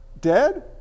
dead